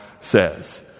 says